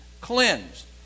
cleansed